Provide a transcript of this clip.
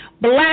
black